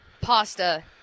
Pasta